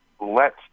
lets